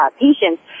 patients